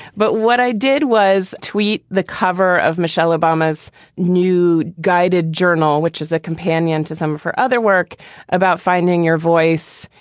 but what i did was tweet the cover of michelle obama's new guided journal, which is a companion to some of her other work about finding your voice.